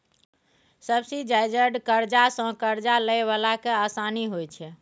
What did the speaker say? subsidised करजा सँ करजा लए बला केँ आसानी होइ छै